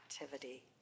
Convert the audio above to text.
activity